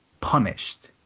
punished